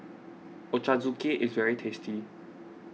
Ochazuke is very tasty